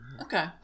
okay